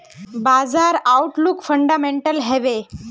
बाजार outlook fundamental हैवै?